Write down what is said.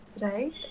right